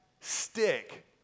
stick